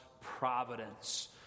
providence